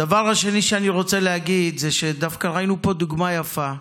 הדבר השני שאני רוצה להגיד זה שדווקא ראינו פה דוגמה יפה,